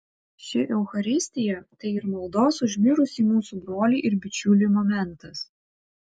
ši eucharistija tai ir maldos už mirusį mūsų brolį ir bičiulį momentas